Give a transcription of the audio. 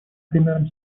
примером